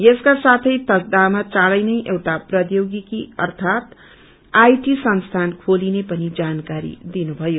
यसका साथै तकदाहमा चौंडै नै एउटा प्रीध्योगिकी अर्यात आईदी संस्थान खोलिने पनि जानकारी दिनु भयो